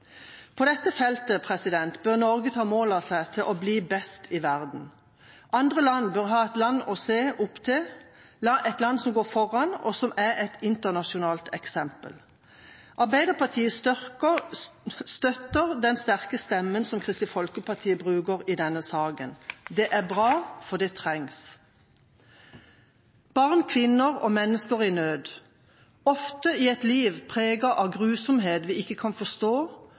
På dette feltet bør Norge ta mål av seg på å bli best i verden. Andre land bør ha et land å se opp til, et land som går foran og som er et internasjonalt eksempel. Arbeiderpartiet støtter den sterke stemmen som Kristelig Folkeparti bruker i denne saken. Det er bra, for det trengs. Barn, kvinner og mennesker i nød har ofte et liv preget av grusomheter vi ikke kan forstå,